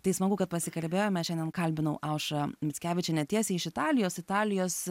tai smagu kad pasikalbėjome šiandien kalbinau aušrą mickevičienę tiesiai iš italijos italijos